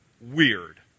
weird